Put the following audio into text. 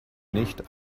nicht